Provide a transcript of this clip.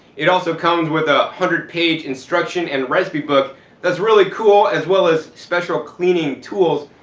it also comes with a hundred page instruction and recipe book that's really cool, as well as special cleaning tools.